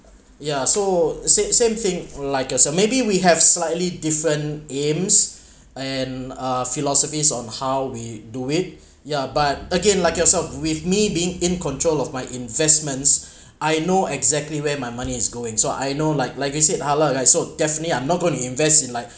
ya so sa~ same thing like uh maybe we have slightly different aims and uh philosophies on how we do it yeah but again like yourself with me being in control of my investments I know exactly where my money is going so I know like like I said hello right so definitely I'm not going to invest in like